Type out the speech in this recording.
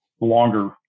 longer